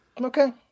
Okay